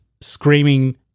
screaming